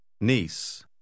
Niece